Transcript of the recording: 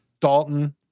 Dalton